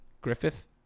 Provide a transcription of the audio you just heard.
Griffith